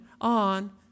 on